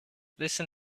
listen